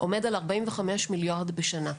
עומד על 45 מיליארד בשנה.